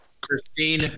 Christine